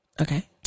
Okay